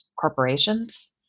corporations